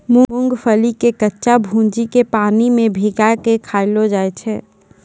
मूंगफली के कच्चा भूजिके पानी मे भिंगाय कय खायलो जाय छै